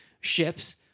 ships